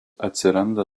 atsiranda